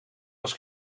was